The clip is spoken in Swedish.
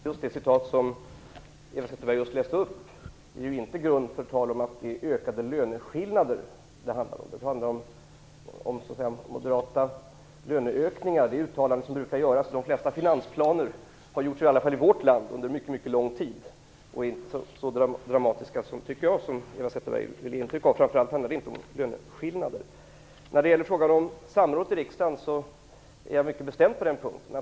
Herr talman! Just det citat som Eva Zetterberg läste upp ger inte grund för något tal om att det handlar om ökade löneskillnader. Det handlar om moderata löneökningar. Det är uttalanden som brukar göras i de flesta finansplaner, i alla fall i vårt land. Så har det varit under en mycket lång tid, och jag tycker inte att det är så dramatiskt som Eva Zetterberg vill ge intryck av. Framför allt handlar det inte om löneskillnader. När det gäller samrådet i riksdagen är jag mycket bestämd.